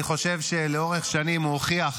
אני חושב שלאורך שנים הוא הוכיח,